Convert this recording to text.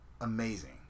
amazing